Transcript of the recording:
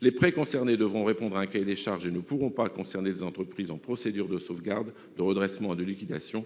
Les prêts visés devront répondre à un cahier des charges et ne pourront pas concerner des entreprises en procédure de sauvegarde, de redressement ou de liquidation.